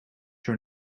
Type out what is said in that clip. your